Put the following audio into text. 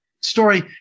story